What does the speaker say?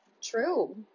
true